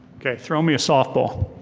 okay, throw me a softball.